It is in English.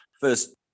first